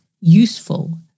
useful